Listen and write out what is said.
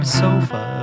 sofa